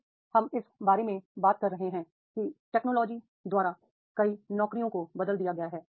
अब हम इस बारे में बात कर रहे हैं कि टेक्नोलॉजी द्वारा कई नौकरियों को बदल दिया गया है